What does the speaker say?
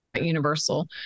universal